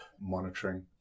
monitoring